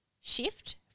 shift